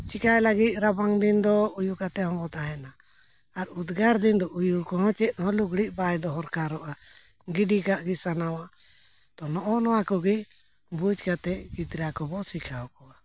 ᱪᱤᱠᱟᱹᱭ ᱞᱟᱹᱜᱤᱫ ᱨᱟᱵᱟᱝ ᱫᱤᱱ ᱫᱚ ᱩᱭᱩ ᱠᱟᱛᱮ ᱦᱚᱸᱵᱚᱱ ᱛᱟᱦᱮᱱᱟ ᱟᱨ ᱩᱫᱽᱜᱟᱹᱨ ᱫᱤᱱ ᱫᱚ ᱩᱭᱩ ᱠᱚᱦᱚᱸ ᱪᱮᱫ ᱦᱚᱸ ᱞᱩᱜᱽᱲᱤᱡ ᱵᱟᱭ ᱫᱚᱨᱠᱟᱨᱚᱜᱼᱟ ᱜᱤᱰᱤ ᱠᱟᱜᱼᱜᱮ ᱥᱟᱱᱟᱣᱟ ᱛᱚ ᱱᱚᱜᱼᱚ ᱱᱚᱣᱟ ᱠᱚᱜᱮ ᱵᱩᱡᱽ ᱠᱟᱛᱮ ᱜᱤᱫᱽᱨᱟ ᱠᱚᱵᱚ ᱥᱤᱠᱷᱟᱹᱣ ᱠᱚᱣᱟ